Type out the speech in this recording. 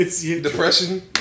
Depression